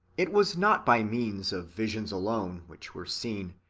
it was not by means of visions alone which were seen,